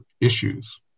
issues